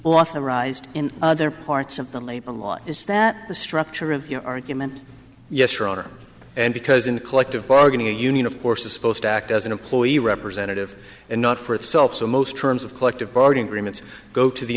authorized in other parts of the labor law is that the structure of your argument yes your honor and because in collective bargaining a union of course is supposed to act as an employee representative and not for itself so most terms of collective bargaining agreements go to the